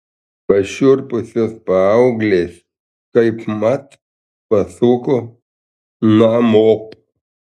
pašiurpusios paauglės kaipmat pasuko namop